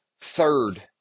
third